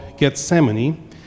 Gethsemane